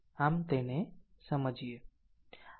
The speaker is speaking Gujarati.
આમ તેને સમજીએ